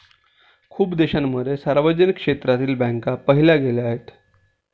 खूप देशांमध्ये सार्वजनिक क्षेत्रातील बँका पाहिल्या गेल्या आहेत